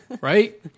right